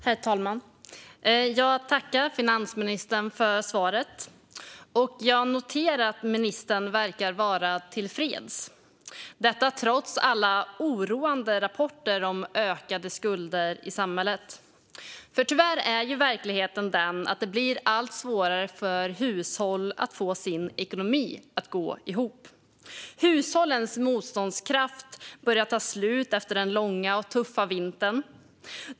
Herr talman! Jag tackar finansministern för svaret. Jag noterar att ministern verkar vara tillfreds, detta trots alla oroande rapporter om ökade skulder i samhället. Tyvärr är ju verkligheten den att det blir allt svårare för hushåll att få sin ekonomi att gå ihop. Hushållens motståndskraft börjar ta slut efter den långa och tuffa vintern.